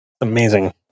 Amazing